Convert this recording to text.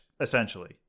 essentially